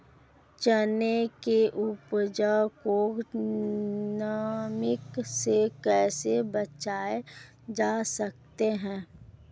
चने की उपज को नमी से कैसे बचाया जा सकता है?